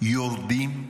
יורדים,